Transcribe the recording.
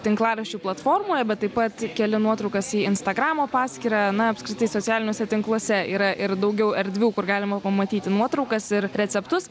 tinklaraščių platformoje bet taip pat keli nuotraukas į instagramo paskyrą na apskritai socialiniuose tinkluose yra ir daugiau erdvių kur galima pamatyti nuotraukas ir receptus